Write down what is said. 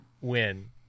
win